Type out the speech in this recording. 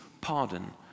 pardon